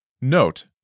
Note